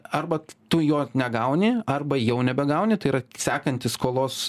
arba tu jo negauni arba jau nebegauni tai yra sekantis skolos